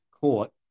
court